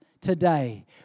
today